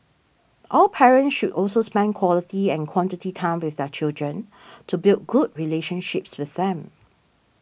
all parents should also spend quality and quantity time with their children to build good relationships with them